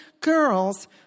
girls